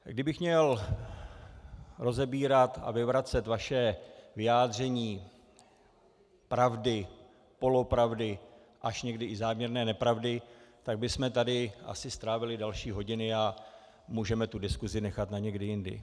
Kdybych měl rozebírat a vyvracet vaše vyjádření pravdy, polopravdy až někdy i záměrné nepravdy, tak bychom tady asi strávili další hodiny a můžeme tu diskusi nechat na někdy jindy.